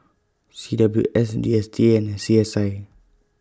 C W S D S T A and C S I